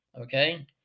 Okay